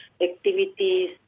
activities